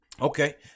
Okay